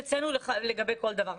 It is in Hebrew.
אצלנו לגבי כל דבר.